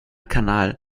kanal